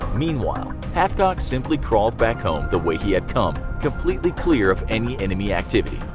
meanwhile, hathcock simply crawled back home the way he had come, completely clear of any enemy activity.